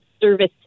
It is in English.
service